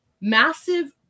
massive